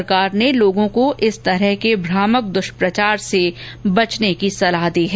सरकार ने लोगों को इस तरह के भ्रामक दुष्प्रचार से बचने की सलाह दी है